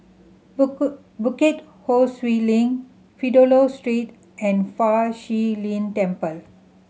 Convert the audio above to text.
Bukit Ho Swee Link Fidelio Street and Fa Shi Lin Temple